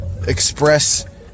express